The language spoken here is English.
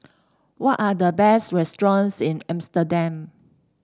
what are the best restaurants in Amsterdam